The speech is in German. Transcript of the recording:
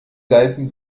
seiten